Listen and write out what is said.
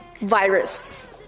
virus